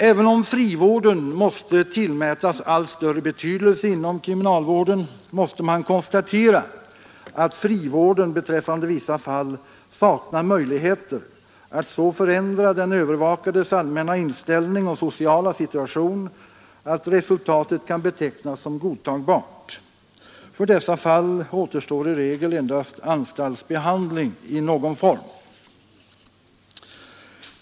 Även om frivården måste tillmätas allt större betydelse inom kriminalvården måste man konstatera att frivården beträffande vissa fall saknar möjligheter att så förändra den övervakades allmänna inställning och sociala situation att resultatet kan betecknas som godtagbart. För dessa fall återstår i regel endast anstaltsbehandling i någon form.